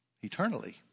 Eternally